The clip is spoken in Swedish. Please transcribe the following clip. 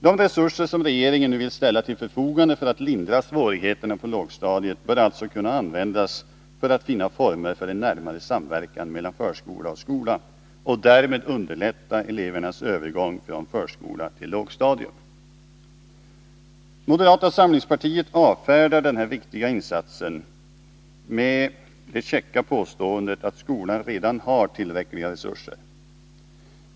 De resurser som regeringen nu vill ställa till förfogande för att lindra svårigheterna på lågstadiet bör alltså kunna användas för att vi skall finna former för en närmare samverkan mellan förskola och skola och därmed underlätta elevernas övergång från förskola till lågstadium. Moderata samlingspartiet avfärdar denna viktiga insats med det käcka påståendet att skolan redan har tillräckliga resurser.